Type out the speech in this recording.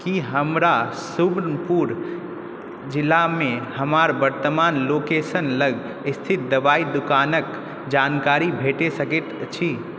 की हमरा सुवर्णपुर जिलामे हमर वर्तमान लोकेशन लग स्थित दवाइ दोकानक जानकारी भेटि सकैत अछि